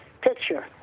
picture